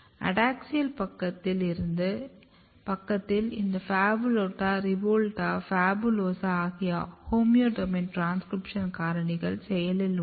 adaxial பக்கத்தில் இந்த PHABOLUTA REVOLUTE PHABOLUSA ஆகிய ஹோமியோடோமைன் டிரான்ஸ்கிரிப்ஷன் காரணிகள் செயலில் உள்ளது